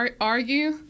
argue